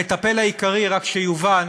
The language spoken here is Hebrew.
המטפל העיקרי, רק שיובן,